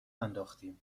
انداختیم